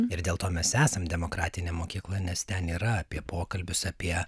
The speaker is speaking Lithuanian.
ir dėl to mes esam demokratinė mokykla nes ten yra apie pokalbius apie